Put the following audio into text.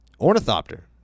Ornithopter